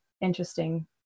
interesting